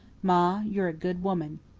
ma, you're a good woman,